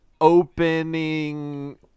opening